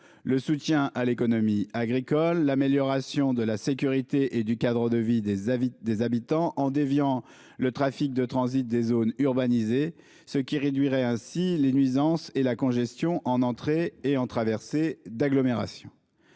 le soutien à l'économie agricole et contribuera à l'amélioration de la sécurité et du cadre de vie des habitants en déviant le trafic de transit des zones urbanisées, ce qui réduira les nuisances et la congestion en entrée et en traversée d'agglomération.